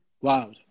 Wow